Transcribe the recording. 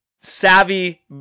savvy